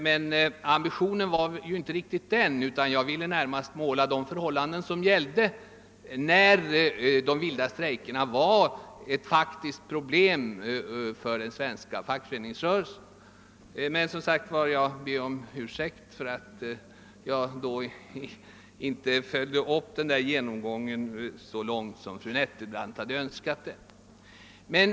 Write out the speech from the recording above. Min ambition var emellertid närmast att jag ville måla de förhållanden som gällde, när de vilda strejkerna var ett faktiskt problem för den svenska fackföreningsrörelsen. Jag ber om ursäkt för att jag inte följde upp denna genomgång så långt, som fru Nettelbrandt hade önskat.